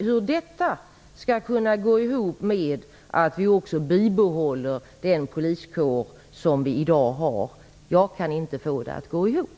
Hur detta skall kunna gå ihop med att den poliskår som vi i dag har skall bibehållas förstår jag inte. Jag kan inte få det att gå ihop.